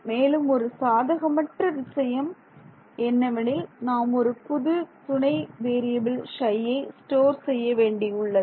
மேலும் ஒரு சாதகமற்ற விஷயம் என்னவெனில் நாம் ஒரு புது துணை வேறியபில் Ψ யை ஸ்டோர் செய்ய வேண்டியுள்ளது